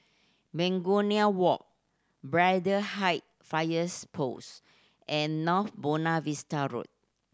Begonia Walk Braddell Height Fires Post and North Buona Vista Road